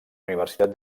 universitat